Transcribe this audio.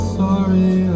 sorry